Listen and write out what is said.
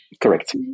Correct